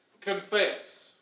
confess